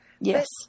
Yes